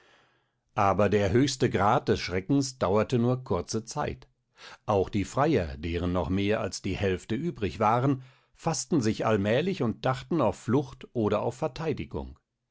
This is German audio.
aber der höchste grad des schreckens dauert nur kurze zeit auch die freier deren noch mehr als die hälfte übrig waren faßten sich allmählich und dachten auf flucht oder auf verteidigung